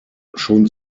schon